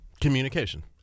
communication